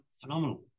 phenomenal